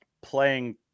playing